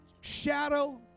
shadow